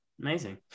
Amazing